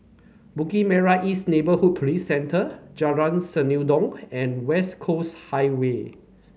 Bukit Merah East Neighbourhood Police Centre Jalan Senandong and West Coast Highway